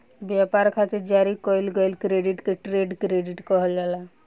ब्यपार खातिर जारी कईल गईल क्रेडिट के ट्रेड क्रेडिट कहल जाला